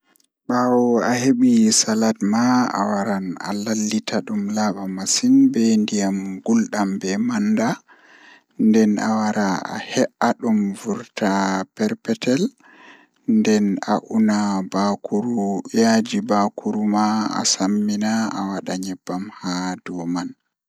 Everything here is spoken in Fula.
Eh wawan dasa hundeeji woodaaka haa rayuwa himbe ngam kala ko a andi haa duniyaaru fuu dum don mari laabiji maajum boddum nden don mari laabiiji woodaaka toh bannin do manma don mari boddum don mari woodaaka.